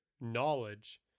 knowledge